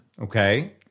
Okay